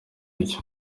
gutyo